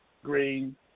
Green